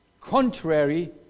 contrary